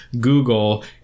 Google